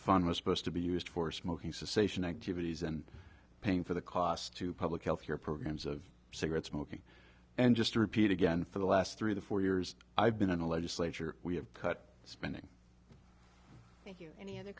fund was supposed to be used for smoking cessation activities and paying for the cost to public health care programs of cigarette smoking and just to repeat again for the last three to four years i've been in the legislature we have cut spending